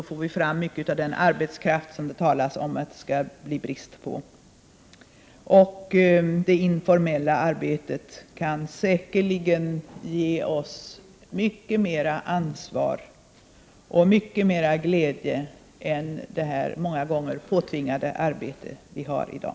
Då får vi fram mycket av den arbetskraft som det talats mycket om att det skall bli brist på. Det informella arbetet kan säkerligen ge oss mycket mera ansvar och mycket mera glädje än det många gånger påtvingade arbete vi har i dag.